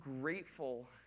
grateful